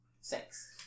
sex